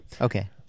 Okay